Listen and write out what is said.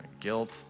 guilt